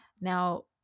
Now